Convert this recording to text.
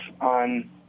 on